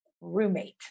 roommate